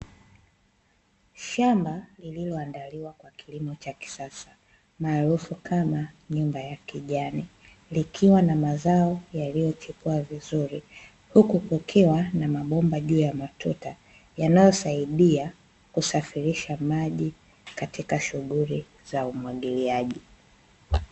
Shamba lililoandaliwa kwa kilimo cha kisasa, maarufu kama nyumba ya kijani. Likiwa na mazao yaliyochepua vizuri, huku kukiwa na mabomba juu ya matuta yanayosaidia kusafirisha maji katika shughuli za umwagiliaji.